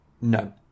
No